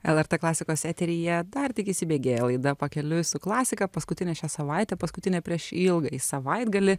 lrt klasikos eteryje dar tik įsibėgėja laida pakeliui su klasika paskutinė šią savaitę paskutinė prieš ilgąjį savaitgalį